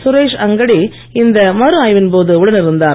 சுரேஷ் அங்கடி இந்த மறு ஆய்வின் போது உடன் இருந்தார்